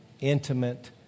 intimate